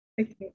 Okay